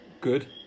good